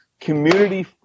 community